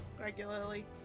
regularly